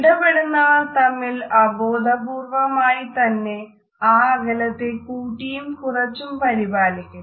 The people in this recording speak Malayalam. ഇടപെടുന്നവർ തമ്മിൽ അബോധപൂർവ്വമായി ത്തന്നെ ആ അകലത്തെ കൂട്ടിയും കുറച്ചും പരിപാലിക്കുന്നു